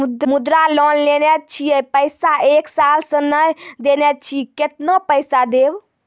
मुद्रा लोन लेने छी पैसा एक साल से ने देने छी केतना पैसा देब?